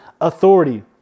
authority